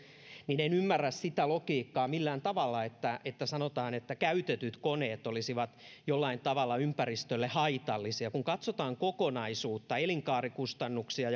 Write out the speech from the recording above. en ymmärrä millään tavalla sitä logiikkaa että sanotaan että käytetyt koneet olisivat jollain tavalla ympäristölle haitallisia kun katsotaan kokonaisuutta elinkaarikustannuksia